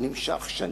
נמשך שנים.